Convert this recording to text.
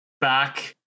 back